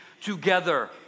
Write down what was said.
together